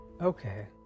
Okay